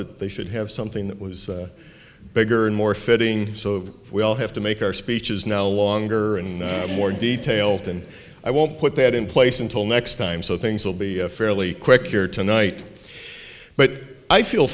that they should have something that was bigger and more fitting so we all have to make our speeches now longer and more detailed and i won't put that in place until next time so things will be fairly quick here tonight but i feel